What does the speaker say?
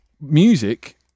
Music